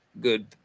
good